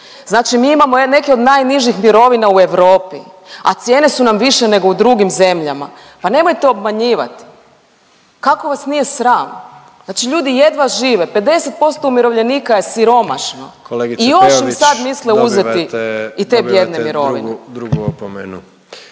Znači mi imamo neke od najnižih mirovina u Europi, a cijene su nam više nego u drugim zemljama. Pa nemojte obmanjivat, kako vas nije sram. Znači ljudi jedva žive, 50% umirovljenika je siromašno … …/Upadica predsjednik: Kolegice Peović dobivate…/… …